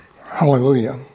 Hallelujah